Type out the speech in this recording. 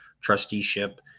trusteeship